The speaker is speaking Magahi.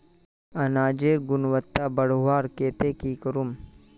अनाजेर गुणवत्ता बढ़वार केते की करूम?